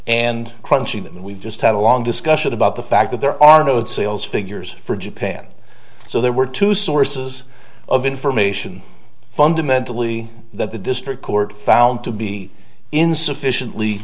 and crunching them we just had a long discussion about the fact that there are no sales figures for japan so there were two sources of information fundamentally that the district court found to be insufficiently